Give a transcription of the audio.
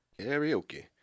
Karaoke